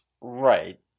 Right